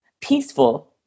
peaceful